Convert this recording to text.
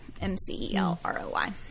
M-C-E-L-R-O-Y